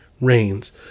rains